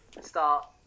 start